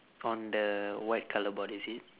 on the white colour board is it